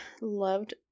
loved